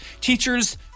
teachers